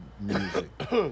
music